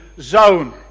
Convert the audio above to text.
zone